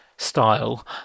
Style